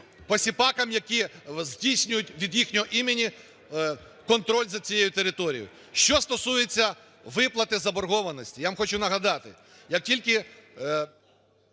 посіпакам, які здійснюють від їхнього імені контроль за цією територією. Що стосується виплати заборгованості, я вам хочу нагадати, як тільки…